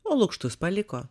o lukštus paliko